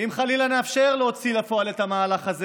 אם חלילה נאפשר להוציא לפועל את המהלך הזה